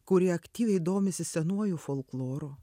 kurie aktyviai domisi senuoju folkloru